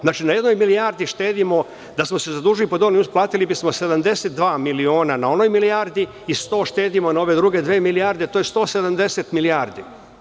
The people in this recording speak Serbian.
Znači, na jednoj milijardi štedimo da smo se zadužili drugačije, platili bismo 72 miliona na onoj milijardi i sto štedimo na ove druge dve milijarde, to je 170 milijardi.